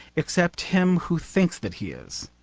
except him who thinks that he is.